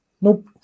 Nope